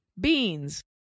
Beans